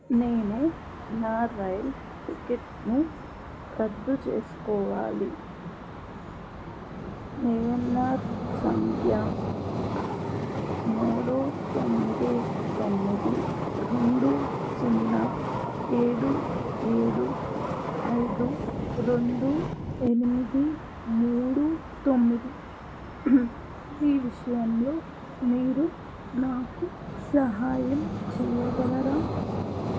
నేను నా రైల్ టికెట్ను రద్దు చేసుకోవాలి సీ ఎన్ ర్ సంఖ్య మూడు తొమ్మిది తొమ్మిది రెండు సున్నా ఏడు ఏడు ఐదు రెండు ఎనిమిది మూడు తొమ్మిది ఈ విషయంలో మీరు నాకు సహాయం చేయగలరా